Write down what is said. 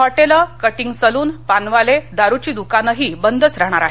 हॉटेलं cutting saloon पानवाले दारूची दुकान बंदच राहणार आहेत